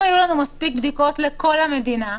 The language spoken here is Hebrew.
אם היו לנו מספיק בדיקות לכל המדינה,